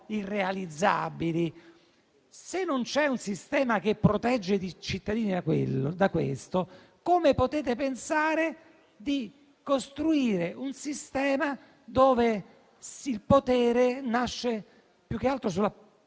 irrealizzabili. Se non c'è un sistema che protegge i cittadini da questo, come potete pensare di costruire un sistema dove il potere nasce più che altro sulla